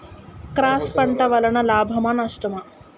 Cross పంట వలన లాభమా నష్టమా?